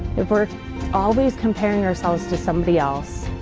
if we're always comparing ourselves to somebody else,